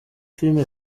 filime